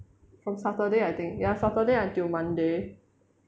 from saturday I think ya saturday until monday